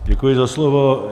Děkuji za slovo.